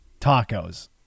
tacos